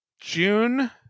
June